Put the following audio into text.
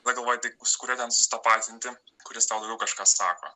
va galvoji tai su kuriuo ten susitapatinti kuris tau kažką sako